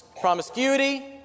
promiscuity